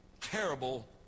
terrible